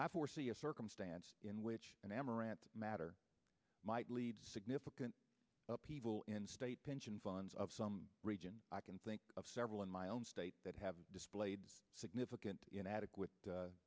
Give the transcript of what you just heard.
i foresee a circumstance in which an amaranth matter might lead to significant people in state pension funds of some region i can think of several in my own state that have displayed significant inadequate